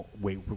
wait